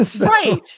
Right